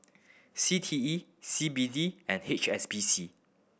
C T E C B D and H S B C